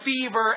fever